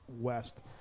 west